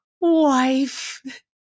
Wife